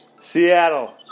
Seattle